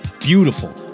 Beautiful